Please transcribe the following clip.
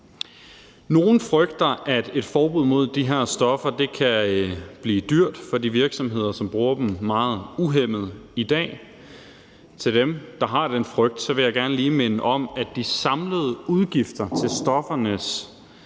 Nogle frygter, at et forbud mod de her stoffer kan blive dyrt for de virksomheder, som bruger dem meget uhæmmet i dag. Dem, der har den frygt, vil jeg gerne lige minde om, at de samlede udgifter til stoffernes